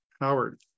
Howard